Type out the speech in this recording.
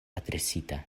adresita